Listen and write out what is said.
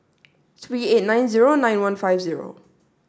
three eight nine zero nine one five zero